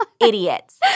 idiots